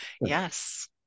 Yes